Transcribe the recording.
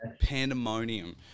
pandemonium